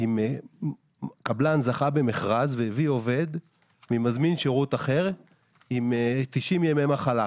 אם קבלן זכה במכרז והזמין עובד ממזמין שירות אחר עם 90 ימי מחלה.